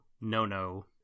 nono